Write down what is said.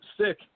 sick